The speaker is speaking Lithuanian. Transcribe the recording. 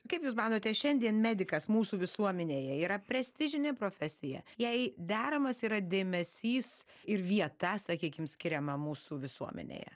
kaip jūs manote šiandien medikas mūsų visuomenėje yra prestižinė profesija jai deramas yra dėmesys ir vieta sakykim skiriama mūsų visuomenėje